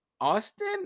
Austin